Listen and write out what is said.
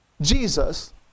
Jesus